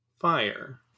fire